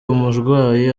umurwayi